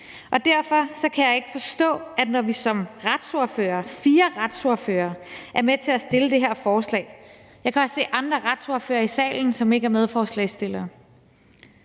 Når vi som retsordførere, fire retsordførere, er med til at fremsætte det her forslag – jeg kan også se andre retsordførere i salen, som ikke er medforslagsstillere